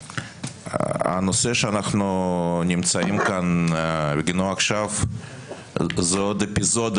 הנושא שאנחנו נמצאים כאן בגינו עכשיו זה עוד אפיזודה